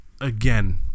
Again